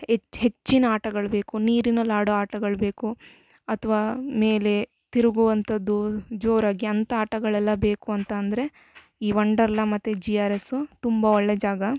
ಹೆಚ್ ಹೆಚ್ಚಿನ ಆಟಗಳು ಬೇಕು ನೀರಿನಲ್ಲಿ ಆಡೋ ಆಟಗಳು ಬೇಕು ಅಥ್ವಾ ಮೇಲೆ ತಿರುಗುವಂಥದ್ದು ಜೋರಾಗಿ ಅಂಥಾ ಆಟಗಳೆಲ್ಲ ಬೇಕು ಅಂತ ಅಂದರೆ ಈ ವಂಡರ್ಲ ಮತ್ತು ಜಿ ಆರ್ ಎಸ್ಸು ತುಂಬ ಒಳ್ಳೆಯ ಜಾಗ